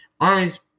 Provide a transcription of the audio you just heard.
armies